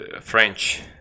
French